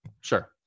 sure